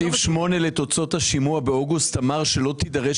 סעיף 8 לתוצאות השימוע באוגוסט אמר שלא תידרש